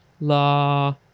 La